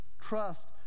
Trust